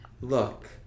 look